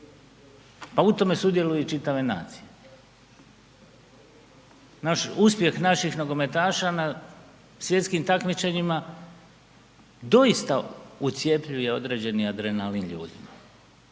pa u tome sudjeluju i čitave nacije. Naš, uspjeh naših nogometaša na svjetskim takmičenjima doista ucjepljuje određeni adrenalin ljudima,